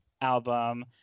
album